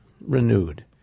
renewed